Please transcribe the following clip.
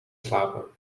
slapen